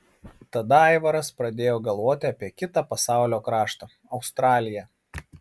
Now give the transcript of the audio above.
tada aivaras pradėjo galvoti apie kitą pasaulio kraštą australiją